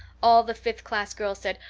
all the fifth-class girls said,